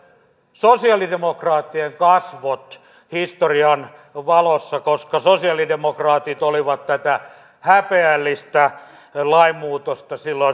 sosialidemokraattien kasvot historian valossa koska sosialidemokraatit olivat tätä häpeällistä lainmuutosta silloin